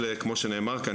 כמו שנאמר כאן,